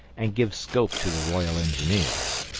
and give scope to the royal engineers.